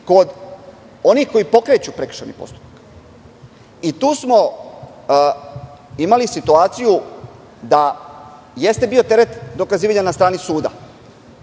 kod onih koji pokreću prekršajni postupak. Tu smo imali situaciju da jeste bio teret dokazivanja na strani suda,